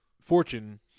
fortune